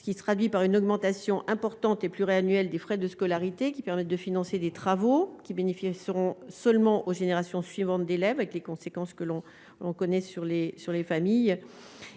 ce qui se traduit par une augmentation importante et annuel des frais de scolarité qui permettent de financer des travaux qui bénéficieront seulement aux générations suivantes d'élèves avec les conséquences que l'on on connaît sur l'et sur les